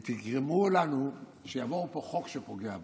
חלילה, ותגרמו לנו שיעבור פה חוק שפוגע בנו.